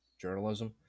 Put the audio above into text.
journalism